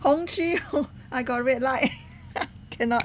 heng chee how I got red light cannot